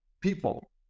people